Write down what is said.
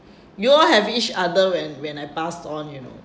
you all have each other when when I passed on you know